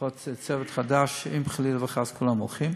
לפחות צוות חדש, אם חלילה וחס כולם הולכים.